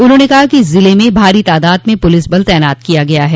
उन्होंने कहा कि जिले में भारी तादाद में पुलिस बल तैनात किया गया है